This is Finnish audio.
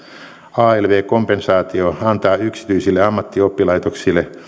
alv kompensaatio antaa yksityisille ammattioppilaitoksille